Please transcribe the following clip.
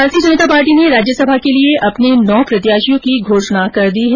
भारतीय जनता पार्टी ने राज्यसभा के लिए अपने नौ प्रत्याशियों की घोषणा कर दी है